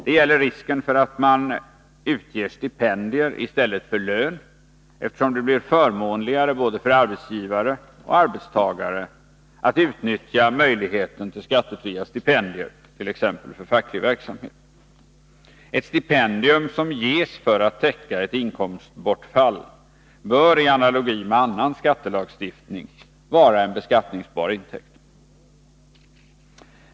Det gäller risken för att man ger stipendier i stället för lön, eftersom det blir förmånligare för både arbetsgivare och arbetstagare att utnyttja möjligheten till skattefria stipendier, t.ex. för facklig verksamhet. Ett stipendium som ges för att täcka ett inkomstbortfall bör i analogi med annan skattelagstiftning vara en beskattningsbar intäkt.